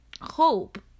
hope